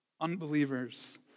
unbelievers